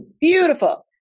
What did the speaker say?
Beautiful